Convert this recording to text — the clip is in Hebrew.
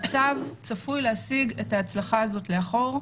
הצו צפוי להסיג אתה ההצלחה הזאת לאחור.